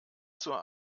zur